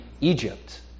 Egypt